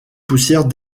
poussière